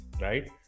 right